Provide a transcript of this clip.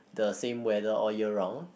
the same weather all year round